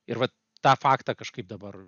ir vat tą faktą kažkaip dabar